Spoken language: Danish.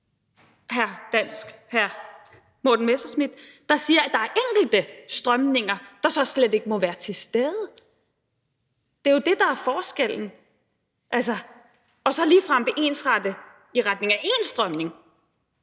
hører fra hr. Morten Messerschmidt, der siger, at der er enkelte strømninger, der så slet ikke må være til stede. Det er jo det, der er forskellen. Og så vil man ligefrem ensrette i retning af én strømning.